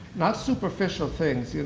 not superficial things,